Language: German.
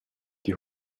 die